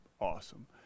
awesome